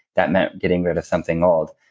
that meant getting rid of something old.